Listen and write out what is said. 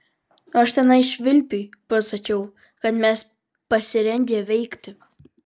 aš tenai švilpiui pasakiau kad mes pasirengę veikti